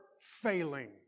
failing